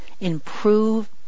improve